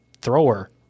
thrower